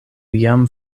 jam